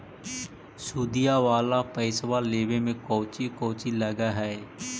सुदिया वाला पैसबा लेबे में कोची कोची लगहय?